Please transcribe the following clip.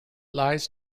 lies